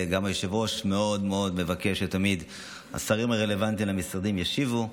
וגם היושב-ראש מבקש שתמיד השרים הרלוונטיים למשרדים ישיבו,